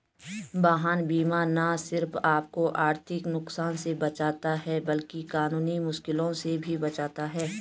वाहन बीमा न सिर्फ आपको आर्थिक नुकसान से बचाता है, बल्कि कानूनी मुश्किलों से भी बचाता है